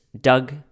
Doug